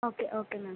okay okay ma'am